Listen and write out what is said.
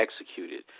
executed